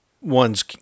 ones